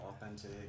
authentic